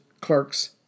clerks